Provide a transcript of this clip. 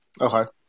Okay